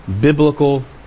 biblical